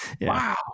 Wow